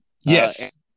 Yes